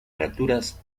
fracturas